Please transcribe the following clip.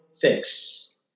Fix